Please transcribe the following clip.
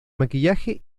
maquillaje